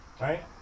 Right